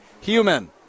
human